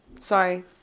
sorry